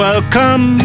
Welcome